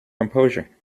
composure